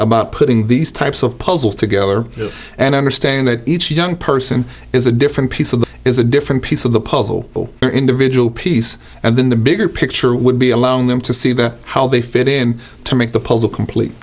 about putting these types of puzzles together and understand that each young person is a different piece of that is a different piece of the puzzle their individual piece and then the bigger picture would be allowing them to see the how they fit in to make the puzzle complete